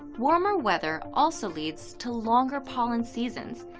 warmer weather also leads to longer pollen seasons,